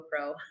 GoPro